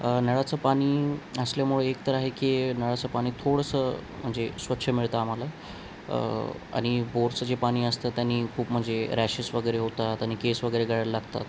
नळाचं पाणी असल्यामुळे एकतर आहे की नळाचं पाणी थोडंसं म्हणजे स्वच्छ मिळतं आम्हाला आणि बोरचं जे पाणी असतं त्यांनी खूप म्हणजे रॅशेस वगैरे होतात आणि केस वगैरे गळायला लागतात